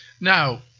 Now